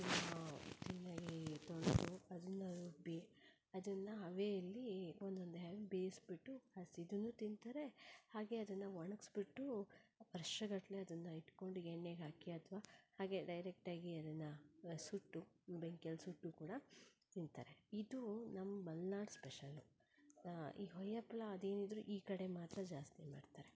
ತೊಳೆದು ಅದನ್ನ ರುಬ್ಬಿ ಅದನ್ನ ಹಬೆಯಲ್ಲಿ ಒಂದೊಂದೇ ಆಗಿ ಬೇಯಿಸ್ಬಿಟ್ಟು ಹಸಿದನ್ನೂ ತಿಂತಾರೆ ಹಾಗೇ ಅದನ್ನ ಒಣಗಿಸ್ಬಿಟ್ಟು ವರ್ಷಗಟ್ಟಲೆ ಅದನ್ನ ಇಟ್ಕೊಂಡು ಎಣ್ಣೆಗೆ ಹಾಕಿ ಅಥವಾ ಹಾಗೇ ಡೈರೆಕ್ಟಾಗಿ ಅದನ್ನು ಸುಟ್ಟು ಬೆಂಕಿಯಲ್ಲಿ ಸುಟ್ಟು ಕೂಡ ತಿಂತಾರೆ ಇದು ನಮ್ಮ ಮಲ್ನಾಡು ಸ್ಪೆಷಲ್ಲು ಈ ಹೊಯ್ಯಪ್ಪಳ ಅದೇನಿದ್ದರು ಈ ಕಡೆ ಮಾತ್ರ ಜಾಸ್ತಿ ಮಾಡ್ತಾರೆ